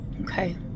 Okay